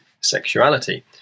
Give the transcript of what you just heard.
sexuality